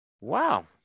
Wow